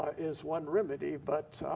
is one remedy but